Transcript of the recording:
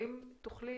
האם תוכלי